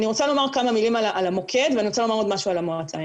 אני רוצה לומר כמה מילים על המוקד ואני רוצה לומר עוד משהו על המועצה.